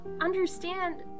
understand